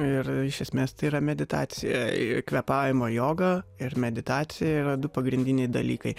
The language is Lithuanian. ir iš esmės tai yra meditacija ir kvėpavimo joga ir meditacija yra du pagrindiniai dalykai